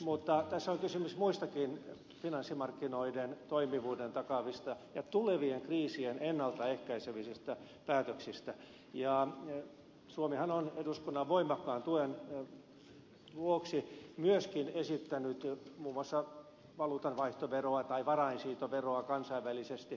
mutta tässä on kysymys muistakin finanssimarkkinoiden toimivuuden takaavista ja tulevia kriisejä ennalta ehkäisevistä päätöksistä ja suomihan on eduskunnan voimakkaan tuen vuoksi myöskin esittänyt muun muassa valuutanvaihtoveroa tai varainsiirtoveroa kansainvälisesti